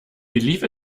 believe